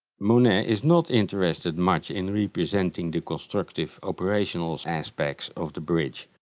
monet is not interested much in representing the constructive, operational aspects of the bridge.